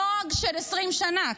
נוהג של 20 שנה,